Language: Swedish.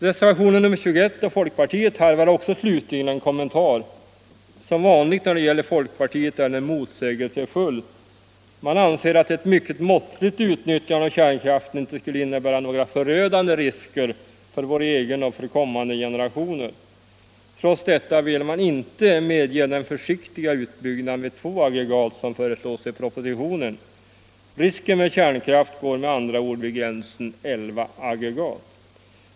Reservationen 21 av folkpartiet tarvar också slutligen en kommentar. Som vanligt när det gäller folkpartiet är den motsägelsefull. Man anser att ett mycket måttligt utnyttjande av kärnkraften inte skulle innebära några förödande risker för vår egen och kommande generationer. Trots detta vill man inte medge den försiktiga utbyggnad med två aggregat som föreslås i propositionen. Risken med kärnkraft går med andra ord vid gränsen 11 aggregat.